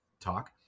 talk